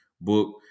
book